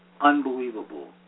unbelievable